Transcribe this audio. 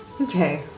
Okay